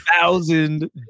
thousand